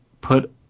put